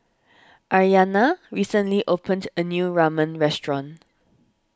Aryanna recently opened a new Ramen restaurant